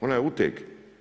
Ona je uteg.